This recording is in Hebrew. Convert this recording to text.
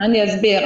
אני אסביר.